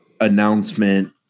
Announcement